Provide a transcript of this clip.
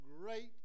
great